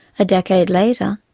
a decade later,